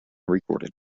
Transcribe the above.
recorded